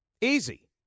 Easy